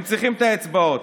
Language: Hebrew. הם צריכים את האצבעות.